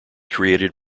created